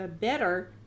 better